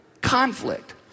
conflict